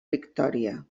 victòria